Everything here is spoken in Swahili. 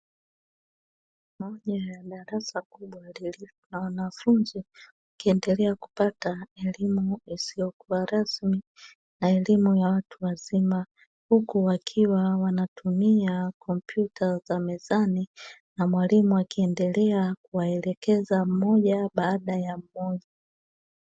Moja ya darasa kubwa lililo na wanafunzi wakiendelea kupata elimu isiyokuwa rasmi na elimu ya watu wazima, huku wakiwa wanatumia kompyuta za mezani na mwalimu akiendelea kuwaelekeza mmoja baada ya mmoja.